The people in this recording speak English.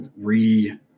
re